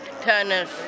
tennis